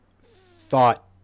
thought